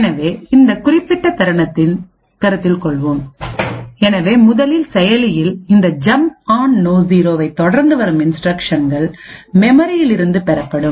எனவே இந்த குறிப்பிட்ட தருணத்தைக் கருத்தில் கொள்வோம் எனவே முதலில் செயலியில் இந்த ஜம்ப் ஆண் நோ0 ஐத் தொடர்ந்து வரும் இன்ஸ்டிரக்ஷன்கள் மெமரியில் இருந்து பெறப்படும்